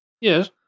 Yes